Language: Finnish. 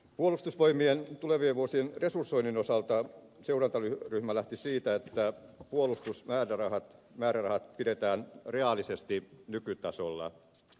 puolustusvoimien tulevien vuosien resursoinnin osalta seurantaryhmä lähti siitä että puolustusmäärärahat pidetään reaalisesti nykytasolla